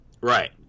Right